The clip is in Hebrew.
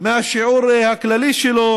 מהשיעור הכללי שלו,